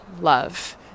love